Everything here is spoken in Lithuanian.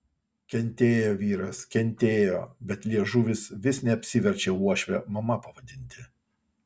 kentėjo vyras kentėjo bet liežuvis vis neapsiverčia uošvę mama pavadinti